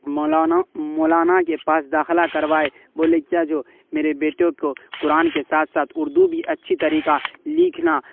مولانا مولانا کے پاس داخلہ کروائے بولے کیا جو میرے بیٹو کو قرآن کے ساتھ ساتھ اردو بھی اچھی طریقہ لکھنا